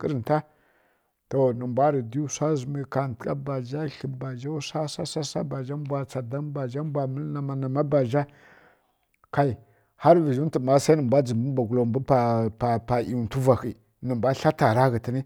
gǝrinta nǝ mbwarǝ sǝghǝ di nga wsa zǝmi ˈma nǝmbwrǝ sǝghǝ di mbwa tsa wsi mbwa ta wsa zǝmi mbwa wtsi kai nhar nontǝ lokachi ma nǝmbwa dzǝmbi nontǝ wsi pa nˈyio abokanai kha nǝ mbwa tla tara ghǝntǝn